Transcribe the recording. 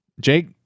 Jake